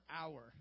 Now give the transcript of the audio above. hour